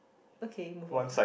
okay move on